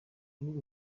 muri